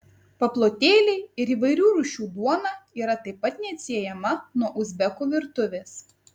paplotėliai ir įvairių rūšių duona yra taip pat neatsiejama nuo uzbekų virtuvės